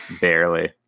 Barely